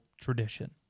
tradition